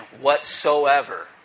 whatsoever